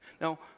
now